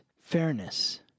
fairness